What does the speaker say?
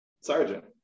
Sergeant